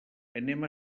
anem